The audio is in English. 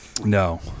No